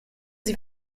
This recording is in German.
sie